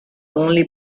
only